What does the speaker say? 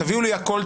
תביאו לי הכול,